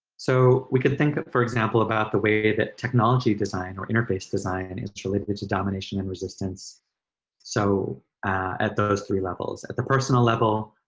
so we could think, for example, about the way that technology design or interface design and is related to domination and resistance so at those three levels. at the personal level,